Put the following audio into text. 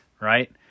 right